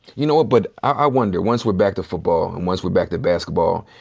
you know, but i wonder once we're back to football, and once we're back to basketball,